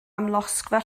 amlosgfa